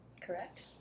Correct